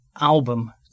album